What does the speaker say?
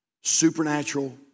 Supernatural